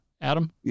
Adam